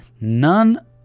None